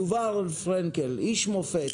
יובל פרנקל, איש מופת.